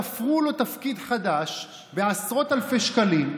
תפרו לו תפקיד חדש בעשרות אלפי שקלים.